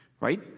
right